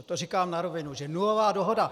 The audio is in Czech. To říkám na rovinu, že nulová dohoda!